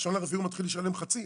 ב-1.4.2023 הוא מתחיל לשלם חצי,